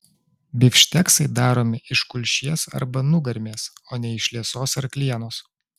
bifšteksai daromi iš kulšies arba nugarmės o ne iš liesos arklienos